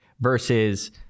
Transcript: versus